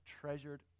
treasured